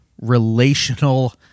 relational